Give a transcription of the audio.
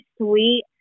sweet